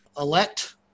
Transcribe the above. elect